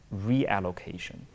reallocation